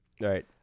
Right